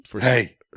hey